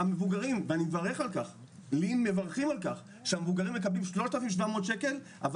המבוגרים ולי"ן מברכים על כך שהמבוגרים מקבלים 3,700 שקל.